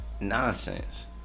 nonsense